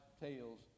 tales